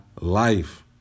life